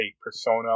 persona